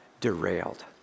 derailed